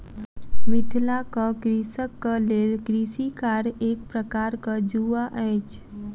मिथिलाक कृषकक लेल कृषि कार्य एक प्रकारक जुआ अछि